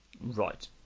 right